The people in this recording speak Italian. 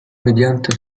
mediante